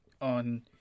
on